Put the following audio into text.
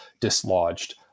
dislodged